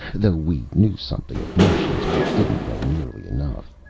though we knew something of martians, we didn't know nearly enough.